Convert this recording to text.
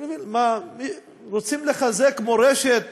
רוצים לחזק מורשת